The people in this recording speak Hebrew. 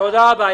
תודה רבה.